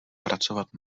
pracovat